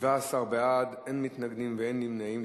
17 בעד, אין מתנגדים ואין נמנעים.